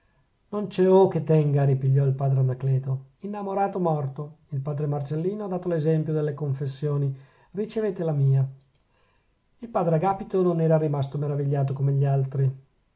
non c'è oh che tenga ripigliò il padre anacleto innamorato morto il padre marcellino ha dato l'esempio delle confessioni ricevete la mia il padre agapito non era rimasto maravigliato come gli altri